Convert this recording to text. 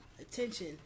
attention